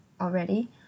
already